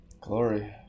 glory